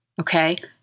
okay